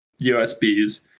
USBs